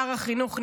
שר החינוך,